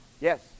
yes